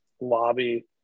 lobby